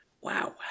Wow